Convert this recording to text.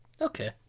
Okay